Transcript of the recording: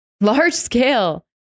large-scale